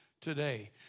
today